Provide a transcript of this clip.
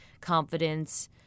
confidence